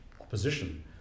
opposition